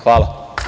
Hvala.